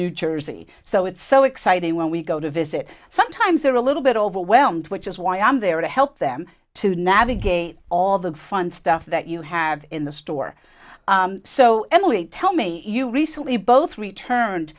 new jersey so it's so exciting when we go to visit sometimes they're a little bit overwhelmed which is why i'm there to help them to navigate all the fun stuff that you have in the store so emily tell me you recently both returned